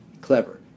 clever